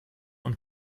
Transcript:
und